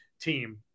team